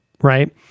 Right